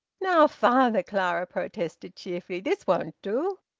now, father, clara protested cheerfully, this won't do.